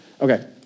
Okay